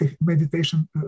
meditation